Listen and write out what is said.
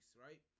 right